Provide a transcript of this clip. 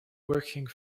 working